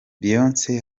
beyonce